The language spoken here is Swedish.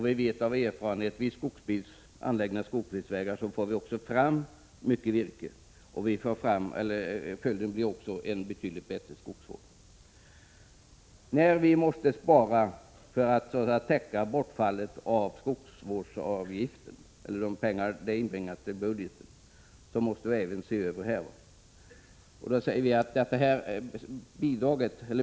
Vi vet av erfarenhet att man vid anläggning av skogsbilvägar också får fram mycket virke, och följden blir också en betydligt bättre skogsvård. När vi måste spara för att täcka bortfallet av de pengar som skogsvårdsavgiften inbringat, måste vi spara även på detta område.